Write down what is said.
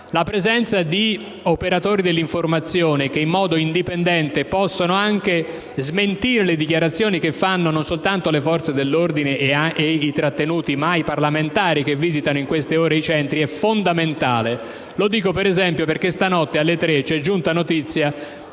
La presenza di operatori dell'informazione, che in modo indipendente possono anche smentire le dichiarazioni che fanno non soltanto le forze dell'ordine e i trattenuti ma anche i parlamentari che visitano in queste ore i centri, è fondamentale. Lo dico - per esempio - perché stanotte, alle ore 3, ci è giunta notizia